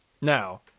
Now